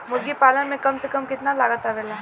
मुर्गी पालन में कम से कम कितना लागत आवेला?